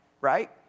right